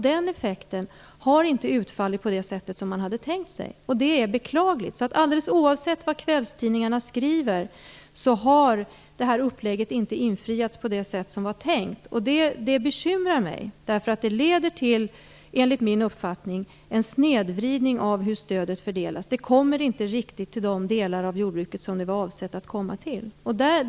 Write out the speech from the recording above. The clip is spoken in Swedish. Den effekten har inte utfallit på det sätt som man hade tänkt sig, och det är beklagligt. Oavsett vad kvällstidningarna skriver har upplägget inte gått att förverkliga på det sätt som det var tänkt. Det bekymrar mig, därför att det - enligt min uppfattning - leder till en snedvridning av hur stödet fördelas. Det kommer inte riktigt till de delar av jordbruket som det var avsett att komma till.